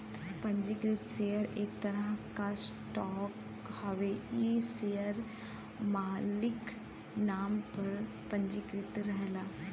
पंजीकृत शेयर एक तरह क स्टॉक हउवे इ शेयर मालिक नाम पर पंजीकृत रहला